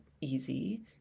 easy